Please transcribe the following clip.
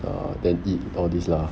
err then eat all these lah